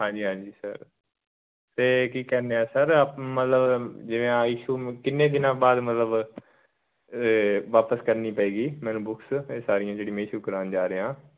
ਹਾਂਜੀ ਹਾਂਜੀ ਸਰ ਅਤੇ ਕੀ ਕਹਿੰਦੇ ਆ ਸਰ ਮਤਲਬ ਜਿਵੇਂ ਆ ਇਸ਼ੂ ਕਿੰਨੇ ਦਿਨਾਂ ਬਾਅਦ ਮਤਲਬ ਵਾਪਸ ਕਰਨੀ ਪਏਗੀ ਮੈਨੂੰ ਬੁਕਸ ਇਹ ਸਾਰੀਆਂ ਜਿਹੜੀ ਮੈਂ ਇਸ਼ੂ ਕਰਾਉਣ ਜਾ ਰਿਹਾ